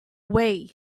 way